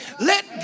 let